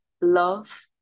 love